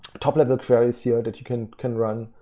top level queries here that you can can run.